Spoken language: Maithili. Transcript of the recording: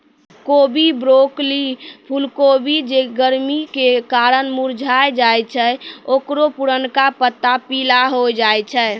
कोबी, ब्रोकली, फुलकोबी जे गरमी के कारण मुरझाय जाय छै ओकरो पुरनका पत्ता पीला होय जाय छै